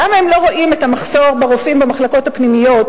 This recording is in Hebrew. למה הם לא רואים את המחסור ברופאים במחלקות הפנימיות,